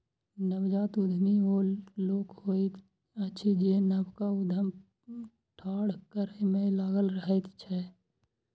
नवजात उद्यमी ओ लोक होइत अछि जे नवका उद्यम ठाढ़ करै मे लागल रहैत अछि